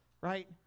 Right